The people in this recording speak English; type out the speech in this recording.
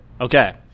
Okay